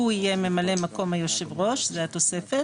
יהיה ממלא מקום יושב הראש זו התוספת,